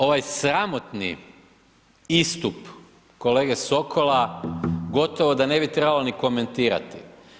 Ovaj sramotni istup kolege Sokola gotovo da ne bi trebalo ni komentirati.